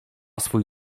swój